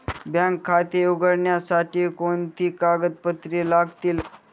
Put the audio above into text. Bank खाते उघडण्यासाठी कोणती कागदपत्रे लागतील?